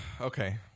okay